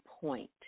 point